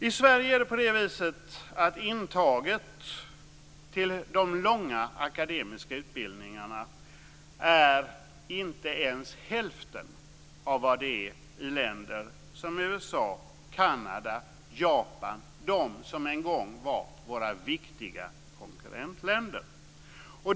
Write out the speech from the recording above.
I Sverige är intagningen till de långa akademiska utbildningarna inte ens hälften av vad den är i länder som USA, Kanada och Japan, länder som en gång var våra viktiga konkurrentländer.